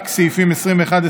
רק סעיפים 21,